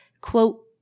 quote